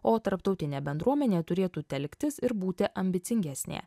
o tarptautinė bendruomenė turėtų telktis ir būti ambicingesnė